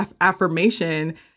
affirmation